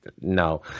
no